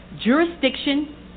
jurisdiction